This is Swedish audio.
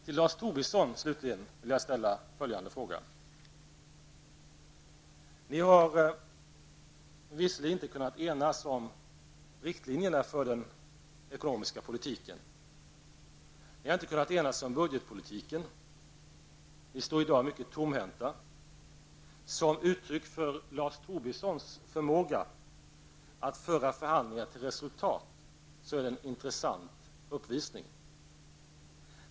Till Lars Tobisson vill jag säga följande: Ni har visserligen inte kunnat enas om riktlijerna för den ekonomiska politiken, och ni har inte kunnat enas om budgetpolitiken. Ni står i dag mycket tomhänta. Som uttryck för Lars Tobissons förmåga att föra förhandlingar till resultat är det en intressant uppvisning.